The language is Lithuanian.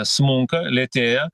smunka lėtėja